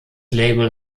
label